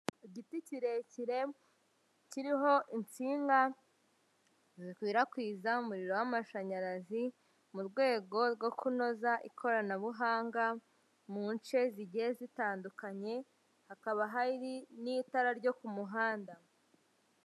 Igiti kirekire kiriho insinga zikwirakwiza umuriro w'amashanyarazi mu rwego rwo kunoza ikoranabuhanga mu nce zigiye zitandukanye hakaba hari n'itara ryo ku muhanda.